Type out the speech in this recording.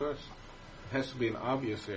know has to be obviously